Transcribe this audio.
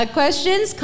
questions